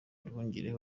nduhungirehe